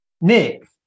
Nick